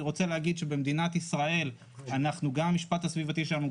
אני רוצה להגיד שבמדינת ישראל גם המשפט הסביבתי שלנו,